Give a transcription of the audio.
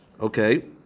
Okay